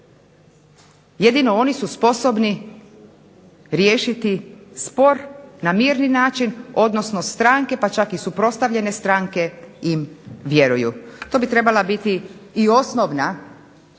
Jedino oni su sposobni riješiti spor na mirni način, odnosno stranke, pa čak i suprotstavljene stranke im vjeruju. To bi trebala biti i osnovna,